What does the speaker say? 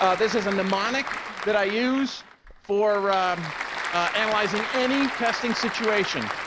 ah this is a mnemonic that i use for um analyzing any testing situation,